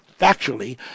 factually